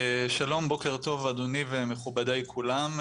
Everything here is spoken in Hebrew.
שלום, בוקר טוב אדוני ומכובדיי כולם.